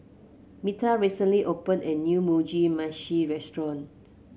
Metha recently opened a new Mugi Meshi Restaurant